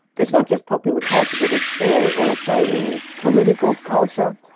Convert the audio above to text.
it's not just popular culture but it's there also in political culture.